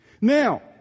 Now